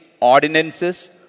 ordinances